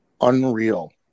unreal